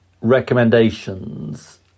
recommendations